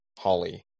Holly